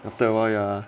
and after awhile ya